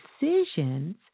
decisions